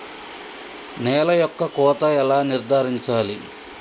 నేల యొక్క కోత ఎలా నిర్ధారించాలి?